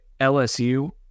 LSU